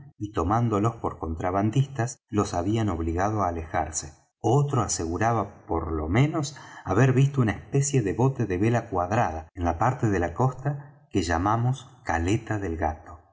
y tomándolos por contrabandistas los habían obligado á alejarse otro aseguraba por lo menos haber visto una especie de bote de vela cuadrada en la parte de la costa que llamamos caleta del gato